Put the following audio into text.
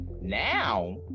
now